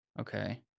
Okay